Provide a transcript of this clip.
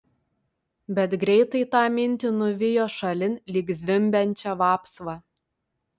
bet greitai tą mintį nuvijo šalin lyg zvimbiančią vapsvą